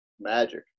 Magic